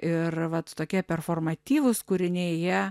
ir vat tokie performatyvūs kūriniai jie